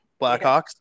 Blackhawks